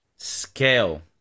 Scale